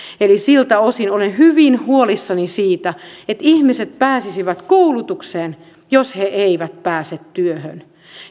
siltä osin olen hyvin huolissani siitä pääsisivätkö ihmiset koulutukseen jos he eivät pääse työhön